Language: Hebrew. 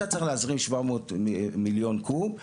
אתה צריך להזרים 700 מיליון קוב,